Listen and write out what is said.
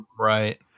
Right